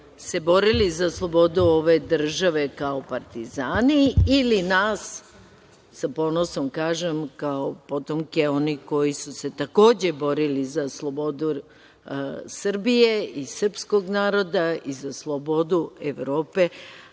se borili za slobodu ove države kao partizani ili nas, sa ponosom kažem, kao potomke onih koji su se takođe borili za slobodu Srbije i srpskog naroda i za slobodu Evrope,